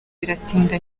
biratinda